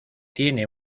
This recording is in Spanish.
tiene